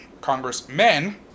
congressmen